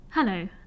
Hello